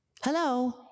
Hello